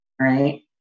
Right